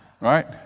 Right